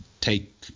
take